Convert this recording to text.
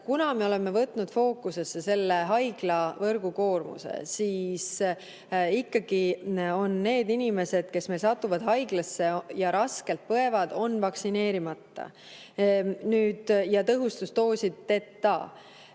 kuna me oleme võtnud fookusesse haiglavõrgu koormuse, siis ikkagi on need inimesed, kes satuvad haiglasse ja raskelt põevad, vaktsineerimata ja tõhustusdoosideta.